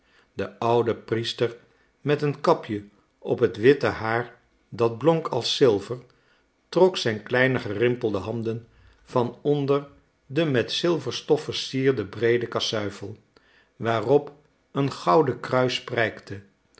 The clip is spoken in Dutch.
de oude priester met een kapje op het witte haar dat blonk als zilver trok zijn kleine gerimpelde handen van onder den met zilverstof versierden breeden kasuifel waarop een gouden kruis